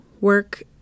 work